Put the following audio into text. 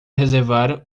reservar